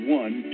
one